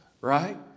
Right